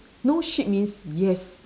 no shit means yes